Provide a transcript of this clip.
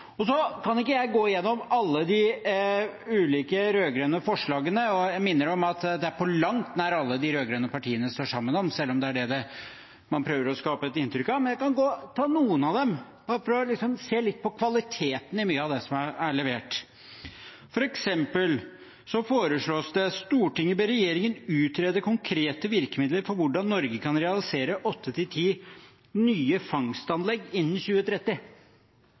Så kan jeg ikke gå gjennom alle de ulike rød-grønne forslagene, og jeg minner om at det er på langt nær alt de rød-grønne partiene står sammen om, selv om det er det man prøver å skape et inntrykk av. Men jeg kan ta noen av dem og prøve å se litt på kvaliteten i mye av det som er levert. For eksempel foreslås det: «Stortinget ber regjeringen utrede konkrete virkemidler for hvordan Norge kan realisere 8–10 nye fangstanlegg innen 2030.»